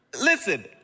listen